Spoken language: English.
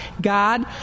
God